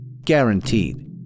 guaranteed